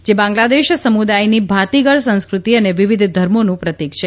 જે બાંગ્લાદેશ સમુદાયની ભાતીગળ સંસ્ક્રતિ અને વિવિધ ધર્મોનું પ્રતિક છે